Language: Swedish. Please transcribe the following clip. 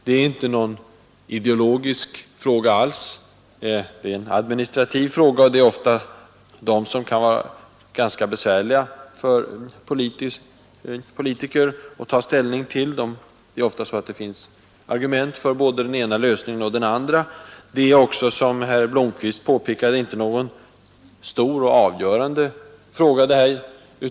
Det är inte alls någon ideologisk fråga. Det är en administrativ fråga, och sådana problem kan ofta vara ganska besvärliga för oss politiker att ta ställning till. Det finns ofta argument för både den ena och den andra lösningen. Detta är, som herr Blomkvist påpekat, inte någon stor och avgörande fråga.